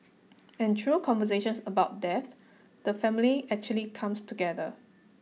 and through conversations about death the family actually comes together